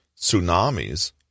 tsunamis